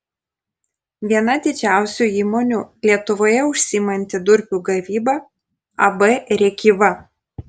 viena didžiausių įmonių lietuvoje užsiimanti durpių gavyba ab rėkyva